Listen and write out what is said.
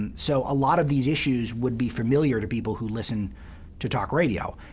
and so a lot of these issues would be familiar to people who listen to talk radio.